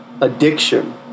Addiction